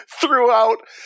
throughout